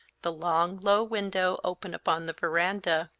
the long, low window open upon the veranda.